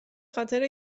خاطر